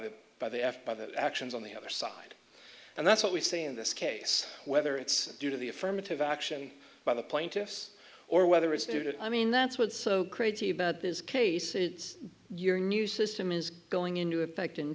the by the eff by the actions on the other side and that's what we see in this case whether it's due to the affirmative action by the plaintiffs or whether it's due to i mean that's what's so crazy about this case is your new system is going into effect in